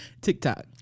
TikTok